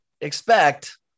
expect